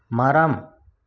மரம்